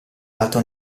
lato